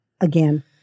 again